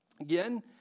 Again